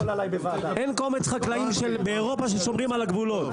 אין קומץ חקלאים באירופה ששומרים על הגבולות,